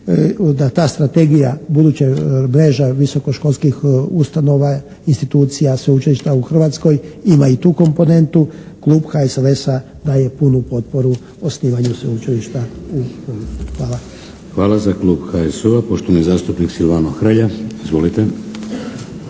da ta strategija buduće mreža visokoškolskih ustanova, institucija, sveučilišta u Hrvatskoj ima i tu komponentu Klub HSLS-a daje potporu osnivanju sveučilišta u Puli. Hvala. **Šeks, Vladimir (HDZ)** Hvala. Za Klub HSU-a poštovani zastupnik Silvano Hrelja. Izvolite.